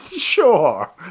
Sure